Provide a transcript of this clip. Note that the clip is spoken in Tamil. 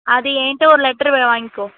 அது என்ட்ட ஒரு லெட்ரு வாங்கிக்கோ